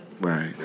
right